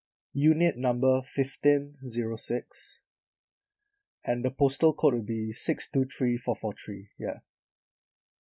unit number fifteen zero six and the postal code will be six two three four four three ya